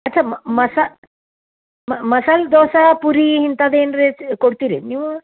sir ಮಸಾ ಮಸಾಲೆ ದೋಸೆ ಪೂರಿ ಇಂಥದೇನ್ರಿ ಐತಿ ಕೊಡ್ತೀರೇನು ನೀವು